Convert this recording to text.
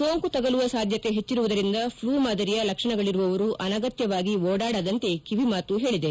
ಸೋಂಕು ತಗುಲುವ ಸಾಧ್ಯತೆ ಹೆಚ್ಚಿರುವುದರಿಂದ ಫ್ಲೂ ಮಾದರಿಯ ಲಕ್ಷಣಗಳಿರುವವರು ಅನಗತ್ನವಾಗಿ ಓಡಾಡದಂತೆ ಕಿವಿಮಾತು ಹೇಳಿದೆ